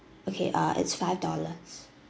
okay uh it's five dollars